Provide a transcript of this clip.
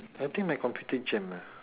I think my computer jam